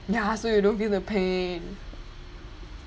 ya so you don't feel the pain